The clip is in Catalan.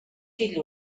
fill